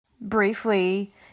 Briefly